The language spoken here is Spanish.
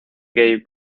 gabe